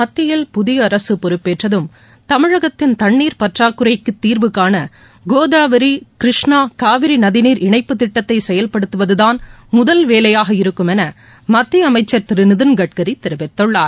மத்தியில் புதிய அரசு பொறுப்பேற்றதும் தமிழகத்தின் தன்ணீர் பற்றாக்குறைக்குத் தீர்வு காண கோதாவரி கிருஷ்ணா காவிரி நதிநீர் இணைப்புத் திட்டத்தை செயல்படுத்துவதுதான் முதல் வேலையாக இருக்கும் என மத்திய அமைச்சர் திரு நிதின் கட்கரி தெரிவித்துள்ளார்